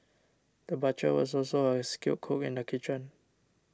the butcher was also a skilled cook in the kitchen